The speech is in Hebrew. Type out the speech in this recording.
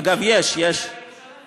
אגב, יש, בירושלים.